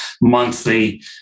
monthly